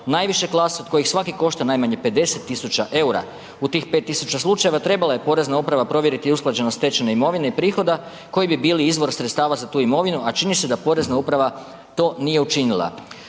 najviše klase od kojih svaki košta najmanje 50 000 eura. U tih 5000 slučajeva trebala je Porezna uprava provjeriti usklađenost stečene imovine i prihoda koji bi bili izvor sredstava za tu imovinu a čini se da porezna uprava to nije učinila.